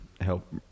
help